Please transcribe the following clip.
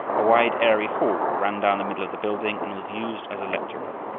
a wide, airy hall ran down the middle of the building, and was used as a lecture-room.